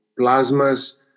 plasmas